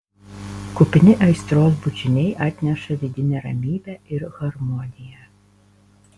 kupini aistros bučiniai atneša vidinę ramybę ir harmoniją